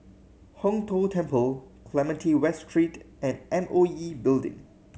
Hong Tho Temple Clementi West Street and M O E Building